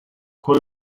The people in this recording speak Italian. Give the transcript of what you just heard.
con